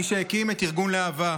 מי שהקים את ארגון להב"ה.